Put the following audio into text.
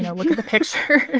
you know look at the pictures